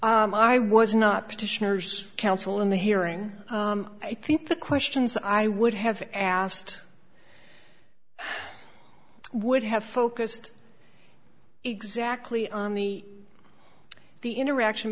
i was not petitioners counsel in the hearing i think the questions i would have asked would have focused exactly on the the interaction